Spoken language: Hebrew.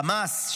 חמאס,